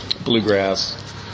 Bluegrass